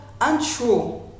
untrue